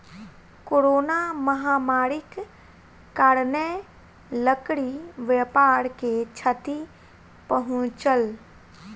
corona महामारीक कारणेँ लकड़ी व्यापार के क्षति पहुँचल